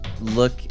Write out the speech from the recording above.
look